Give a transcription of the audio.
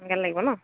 সোনকালে লাগিব ন